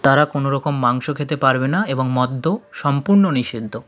তারা কোনোরকম মাংস খেতে পারবে না এবং মদ্য সম্পূর্ণ নিষিদ্ধ